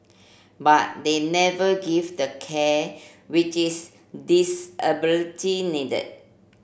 but they never gave the care which its disability needed